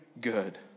good